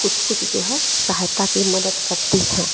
कुछ कुछ जो है सहायता की मदद करती है